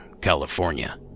California